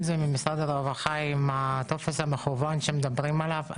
אם זה ממשרד הרווחה עם הטופס המקוון שמדברים עליו,